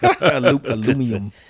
Aluminum